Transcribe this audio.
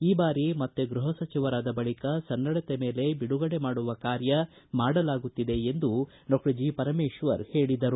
ಈ ಬಾರಿ ಮತ್ತೆ ಗೃಹ ಸಚಿವನಾದ ಬಳಿಕ ಸನ್ನಡತೆ ಮೇಲೆ ಬಿಡುಗಡೆ ಮಾಡುವ ಕಾರ್ಯ ಮಾಡಲಾಗುತ್ತಿದೆ ಎಂದರು